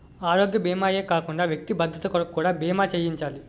ఆరోగ్య భీమా ఏ కాకుండా వ్యక్తి భద్రత కొరకు కూడా బీమా చేయించాలి